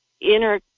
inner